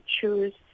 choose